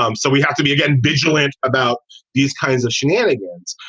um so we have to be getting vigilant about these kinds of shenanigans.